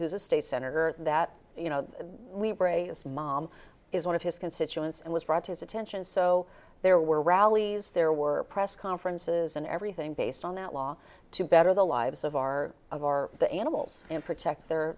who's a state senator that you know we pray is mom is one of his constituents and was right his attention so there were rallies there were press conferences and everything based on that law to better the lives of our of our the animals and protect their